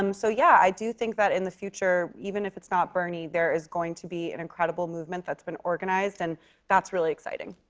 um so, yeah. i do think that in the future, even if it's not bernie, there is going to be an incredible movement that's been organized, and that's really exciting.